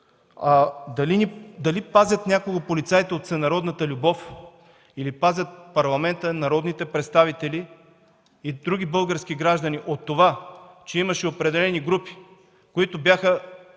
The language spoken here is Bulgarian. дали пазят някого полицаите от народната любов или пазят Парламента, народните представители и други български граждани от това, че имаше определени групи, които бяха